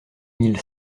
mille